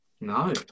No